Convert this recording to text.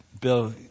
Bill